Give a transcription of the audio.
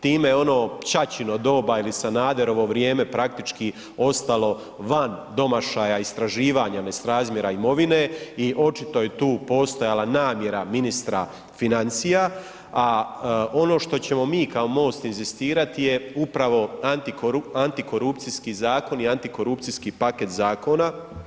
Time ono, ćaćino doba ili Sanaderovo vrijeme praktički ostalo van domašaja istraživanja nesrazmjera imovine i očito je tu postojala namjera ministra financija, a ono što ćemo mi kao MOST inzistirati je upravo antikorupcijski zakon i antikorupcijski paket zakona.